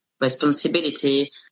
responsibility